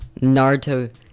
Naruto